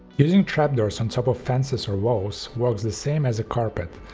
using trapdoors on top of fences or walls works the same as a carpet.